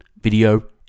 video